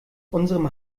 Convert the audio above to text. unserem